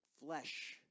Flesh